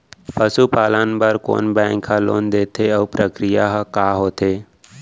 पसु पालन बर कोन बैंक ह लोन देथे अऊ प्रक्रिया का होथे?